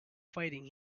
fighting